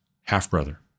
half-brother